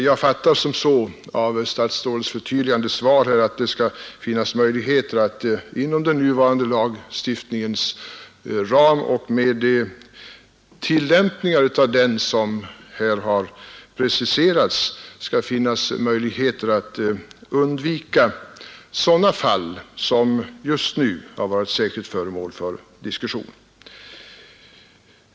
Jag fattar statsrådets förtydligande svar så, att det inom den nuvarande lagstiftningens ram och med de tillämpningar av den som här har preciserats skulle finnas möjligheter att undvika sådana fall som just nu särskilt har varit föremål för diskussion.